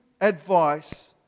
advice